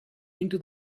into